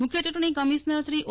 મુખ્ય ચૂંટણી કમિશ્નરશ્રી ઓ